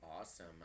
awesome